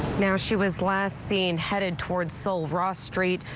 now, she was last seen headed towards sul ross street.